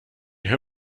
hör